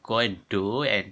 go and do and